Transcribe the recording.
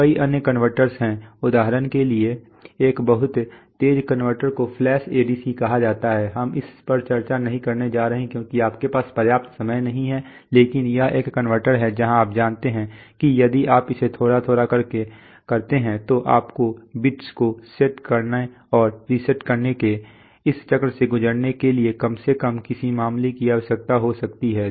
कई अन्य कन्वर्टर्स हैं उदाहरण के लिए एक बहुत तेज़ कन्वर्टर को फ्लैश ADC कहा जाता है हम इस पर चर्चा नहीं करने जा रहे हैं क्योंकि आपके पास पर्याप्त समय नहीं है लेकिन यह एक कन्वर्टर है जहाँ आप जानते हैं कि यदि आप इसे थोड़ा थोड़ा करके करते हैं तो आपको बिट्स को सेट करने और रीसेट करने के इस चक्र से गुजरने के लिए कम से कम किस मामले की आवश्यकता हो सकती है